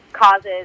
causes